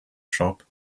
shop